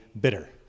bitter